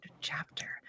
chapter